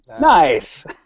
Nice